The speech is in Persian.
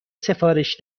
سفارش